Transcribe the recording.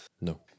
No